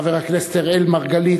חבר הכנסת אראל מרגלית,